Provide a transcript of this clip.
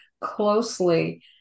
closely